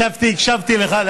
ישבתי והקשבתי לך.